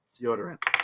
deodorant